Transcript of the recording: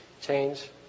change